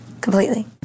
completely